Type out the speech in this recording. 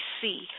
see